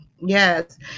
Yes